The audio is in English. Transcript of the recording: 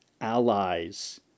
allies